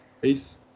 Peace